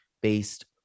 based